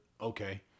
okay